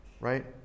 right